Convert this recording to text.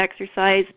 exercise